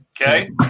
Okay